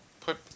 put